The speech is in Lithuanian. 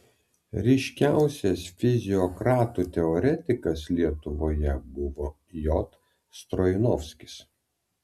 ryškiausias fiziokratų teoretikas lietuvoje buvo j stroinovskis